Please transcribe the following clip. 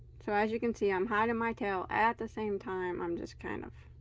so as you can see, i'm hiding my tail at the same time. i'm just kind of